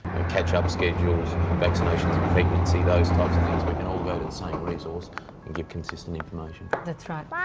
catch-up schedules, vaccinations and pregnancy those types of things. we can all go to the same resource and give consistent information. that's right.